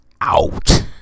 Out